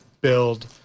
build